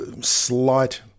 slight